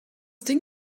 ding